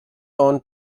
own